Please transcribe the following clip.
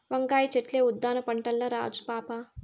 వంకాయ చెట్లే ఉద్దాన పంటల్ల రాజు పాపా